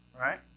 right